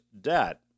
debt